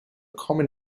common